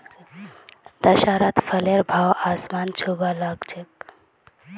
दशहरात फलेर भाव आसमान छूबा ला ग छेक